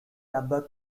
rubber